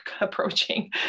approaching